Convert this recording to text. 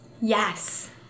yes